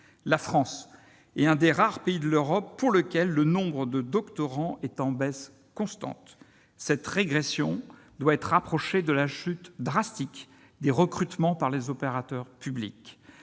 La France est ainsi l'un des rares pays d'Europe dont le nombre de doctorants est en baisse constante. Cette régression doit être rapportée à la chute drastique des recrutements par les opérateurs publics